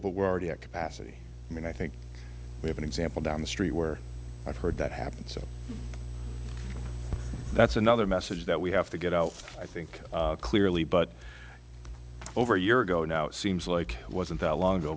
but we're already at capacity i mean i think we have an example down the street where i've heard that happen so that's another message that we have to get out i think clearly but over a year ago now seems like it wasn't that long ago